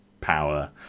power